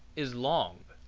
is long.